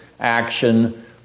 Action